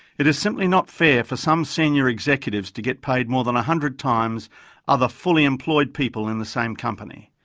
it is simply not fair for some senior executives to get paid more than one hundred times other fully employed people in the same company.